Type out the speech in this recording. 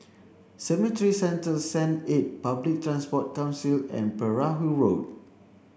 Cemetry Central Saint eight Public Transport Council and Perahu Road